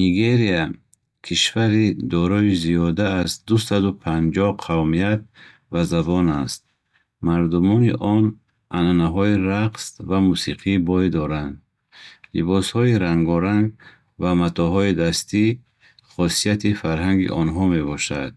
Нигерия кишвари дорои зиёда аз дусаду панҷоҳ қавмият ва забон аст. Мардумони он анъанаҳои рақс ва мусиқии бой доранд. Либосҳои рангоранг ва матоъҳои дастӣ хосияти фарҳанги онҳо мебошанд.